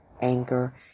anger